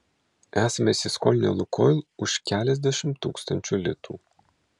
esame įsiskolinę lukoil už keliasdešimt tūkstančių litų